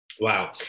Wow